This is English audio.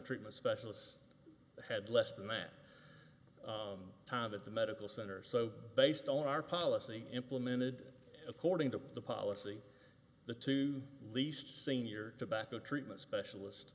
treatment specialists had less than that time at the medical center so based on our policy implemented according to the policy the two least senior tobacco treatment specialist